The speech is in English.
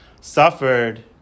suffered